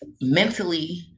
mentally